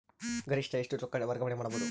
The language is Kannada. ಗರಿಷ್ಠ ಎಷ್ಟು ರೊಕ್ಕ ವರ್ಗಾವಣೆ ಮಾಡಬಹುದು?